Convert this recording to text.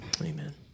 Amen